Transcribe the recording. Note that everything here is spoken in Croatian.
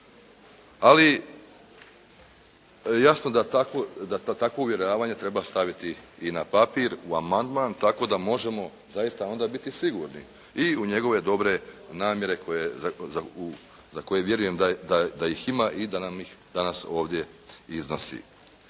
ali jasno da takvo uvjeravanje treba staviti i na papir u amandman tako da može zaista onda biti sigurni i u njegove dobre namjere za koje vjerujem da ih ima i da nam ih danas ovdje iznosi.